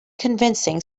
convincing